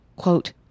Quote